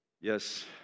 Yes